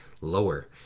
lower